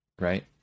right